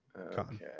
Okay